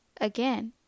again